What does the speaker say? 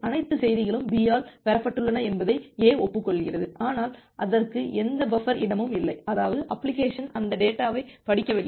அனைத்து செய்திகளும் B ஆல் பெறப்பட்டுள்ளன என்பதை A ஒப்புக்கொள்கிறது ஆனால் அதற்கு எந்த பஃபர் இடமும் இல்லை அதாவது அப்ளிகேஷன் அந்தத் டேட்டாவைப் படிக்கவில்லை